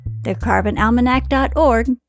thecarbonalmanac.org